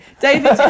David